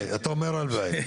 אתה אומר הלוואי.